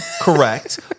Correct